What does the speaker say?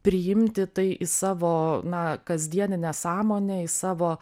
priimti tai į savo na kasdieninę sąmonę į savo